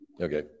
Okay